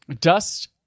dust